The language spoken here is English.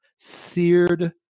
seared